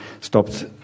stopped